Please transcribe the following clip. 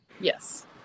Yes